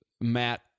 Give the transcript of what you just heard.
Matt